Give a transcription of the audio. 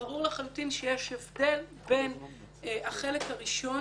ברור לחלוטין שיש הבדל בין החלק הראשון